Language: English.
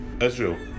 Israel